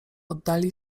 oddali